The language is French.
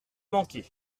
manqué